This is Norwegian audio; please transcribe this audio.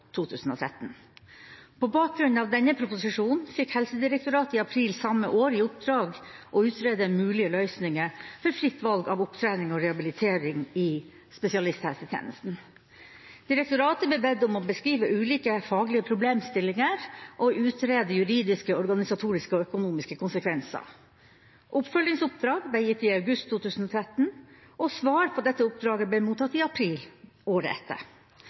2013. På bakgrunn av denne proposisjonen fikk Helsedirektoratet i april samme år i oppdrag å utrede mulige løsninger for fritt valg av opptrening og rehabilitering i spesialisthelsetjenesten. Direktoratet ble bedt om å beskrive ulike faglige problemstillinger og utrede juridiske, organisatoriske og økonomiske konsekvenser. Oppfølgingsoppdrag ble gitt i august 2013, og svar på dette oppdraget ble mottatt i april året etter.